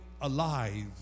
alive